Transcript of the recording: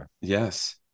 Yes